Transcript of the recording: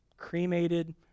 Cremated